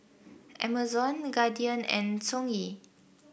Amazon Guardian and Songhe